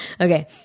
Okay